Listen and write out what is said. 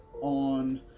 on